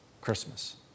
Christmas